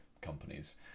companies